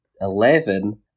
eleven